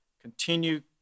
continue